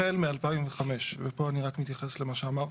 החל מ-2005, ופה אני רק מתייחס למה שאמר.